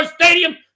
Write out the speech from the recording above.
Stadium